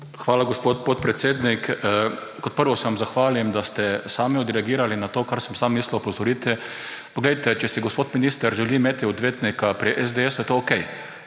Hvala, gospod podpredsednik. Kot prvo se vam zahvalim, da ste sami odreagirali na to, na kar sem sam mislil opozoriti. Če si gospod minister želi imeti odvetnika pri SDS, je to okej,